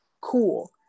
cool